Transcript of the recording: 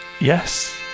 Yes